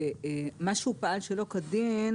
מה שהוא פעל שלא כדין,